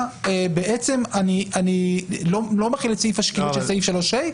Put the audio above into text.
בעצם אני לא מחיל את סעיף השקילות של סעיף 3ה,